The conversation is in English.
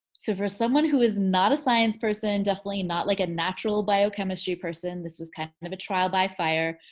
so for someone who is not a science person definitely not like a natural biochemistry person this was kind of kind of a trial by fire.